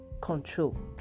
control